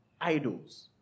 idols